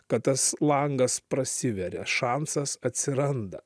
kad tas langas prasiveria šansas atsiranda